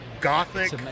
gothic